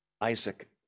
Isaac